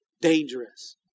dangerous